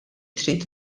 trid